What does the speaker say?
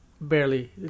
barely